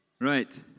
Right